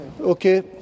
Okay